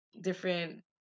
different